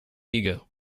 ego